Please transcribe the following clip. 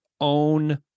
own